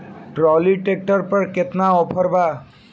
Trolley tractor पर केतना offer बा?